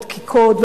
הדקיקות,